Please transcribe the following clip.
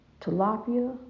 Tilapia